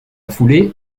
foulée